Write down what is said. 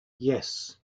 yes